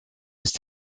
ist